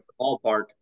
ballpark